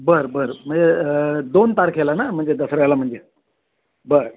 बरं बरं म्हणजे दोन तारखेला ना म्हणजे दसऱ्याला म्हणजे बरं